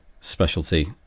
specialty